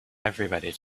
everybody